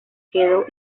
quedó